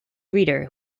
reader